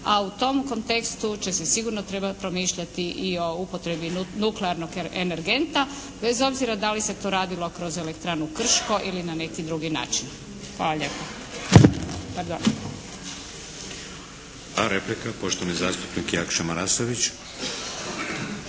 a u tom kontekstu će se sigurno trebati promišljati i o upotrebi nuklearnog energenta bez obzira da li se to radilo kroz Elektranu Krško ili na neki drugi način. Hvala lijepa. **Šeks, Vladimir (HDZ)** Replika poštovani zastupnik Jakša Marasović.